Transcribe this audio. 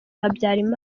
habyarimana